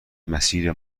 مسیر